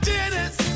Dennis